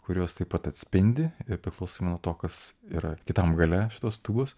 kurios taip pat atspindi priklausomai nuo to kas yra kitam gale šitos tūbos